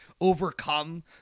overcome